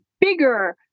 bigger